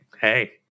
Hey